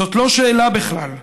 זאת לא שאלה בכלל,